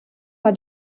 war